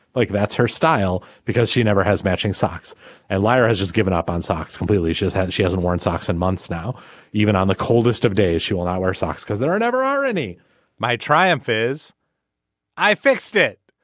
like that's her style because she never has matching socks and lyra has just given up on socks completely she has had she hasn't worn socks in months now even on the coldest of days. she will not wear socks because there are no irony my triumph is i fixed it.